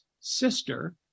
sister